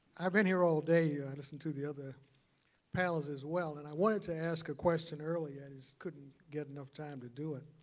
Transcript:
i've been here all day. i've listened to the other panels as well and i wanted to ask a question earlier couldn't get enough time to do it,